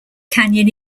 canyon